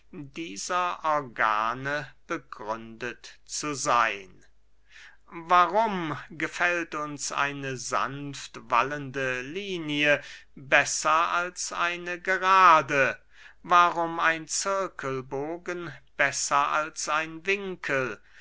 dieser organe gegründet zu seyn warum gefällt uns eine sanftwallende linie besser als eine gerade warum ein zirkelbogen besser als ein winkel